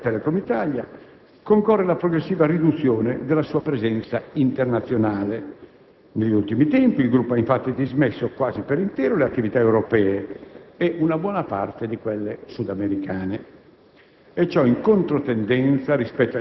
A rendere ancora più complessa la sfida per Telecom Italia concorre la progressiva riduzione della sua presenza internazionale. Negli ultimi tempi, il gruppo ha infatti dismesso quasi per intero le attività europee e una buona parte di quelle sudamericane;